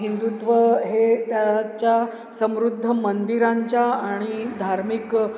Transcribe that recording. हिंदुत्व हे त्याच्या समृद्ध मंदिरांच्या आणि धार्मिक